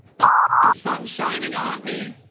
the and sun shining on me.